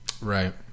Right